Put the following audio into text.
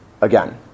again